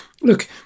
look